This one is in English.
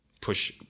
push